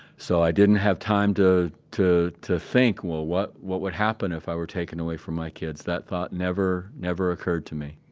so, i didn't have time to, to to think, well, what, what would happen if i were taken away from my kids? that thought never, never occurred to me.